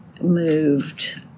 moved